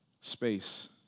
space